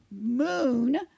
moon